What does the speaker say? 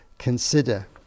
consider